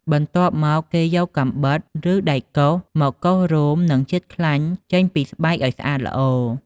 បន្ទាប់មក គេយកកាំបិត ឬដែកកោសមកកោសរោម និងជាតិខ្លាញ់ចេញពីស្បែកឱ្យស្អាតល្អ។